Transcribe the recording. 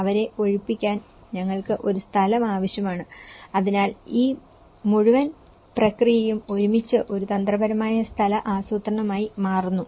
അവരെ ഒഴിപ്പിക്കാൻ ഞങ്ങൾക്ക് ഒരു സ്ഥലം ആവശ്യമാണ് അതിനാൽ ഈ മുഴുവൻ പ്രക്രിയയും ഒരുമിച്ച് ഒരു തന്ത്രപരമായ സ്ഥല ആസൂത്രണമായി മാറുന്നു